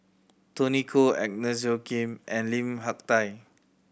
Tony Khoo Agnes Joaquim and Lim Hak Tai